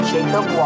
Jacob